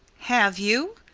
have you?